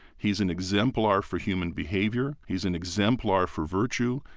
he's an exemplar for human behavior, he's an exemplar for virtue,